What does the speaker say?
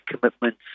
commitments